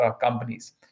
companies